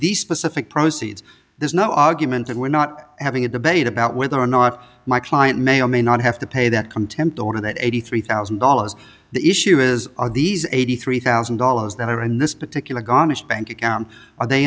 these specific proceeds there's no argument and we're not having a debate about whether or not my client may or may not have to pay that contempt order that eighty three thousand dollars the issue is are these eighty three thousand dollars that are in this particular gone is bank account are they